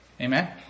Amen